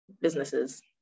businesses